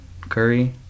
Curry